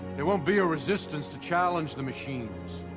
there won't be a resistance to challenge the machines.